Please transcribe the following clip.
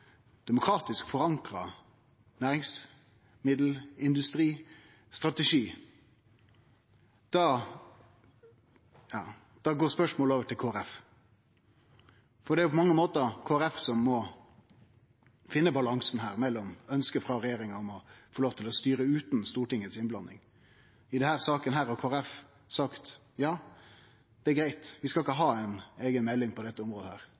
demokratisk forankra strategi for næringsmiddelindustrien – da går spørsmålet over til Kristeleg Folkeparti. Det er på mange måtar Kristeleg Folkeparti som må finne balansen gjennom ønsket frå regjeringa om å få lov til å styre utan Stortingets innblanding. I denne saka har Kristeleg Folkeparti sagt at det er greitt – vi skal ikkje ha ei eiga melding på dette området.